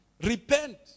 Repent